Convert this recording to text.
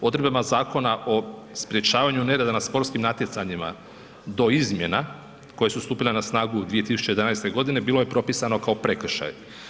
Odredbama Zakona o sprječavanju nereda na sportskim natjecanjima do izmjena koje su stupile na snagu 2011. g. bilo je propisano kao prekršaj.